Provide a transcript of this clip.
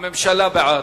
הממשלה בעד.